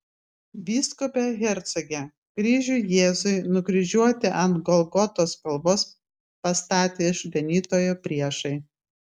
vyskupe hercoge kryžių jėzui nukryžiuoti ant golgotos kalvos pastatė išganytojo priešai